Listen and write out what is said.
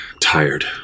tired